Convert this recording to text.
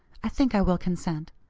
i think i will consent.